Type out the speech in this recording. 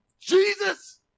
Jesus